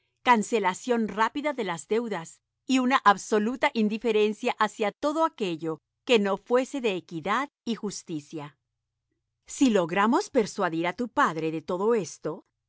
cancelación rápida de las deudas y una absoluta indiferencia hacia todo aquello que no fuese de equidad y justicia si logramos persuadir a tu padre de todo estodecía